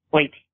Wait